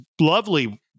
lovely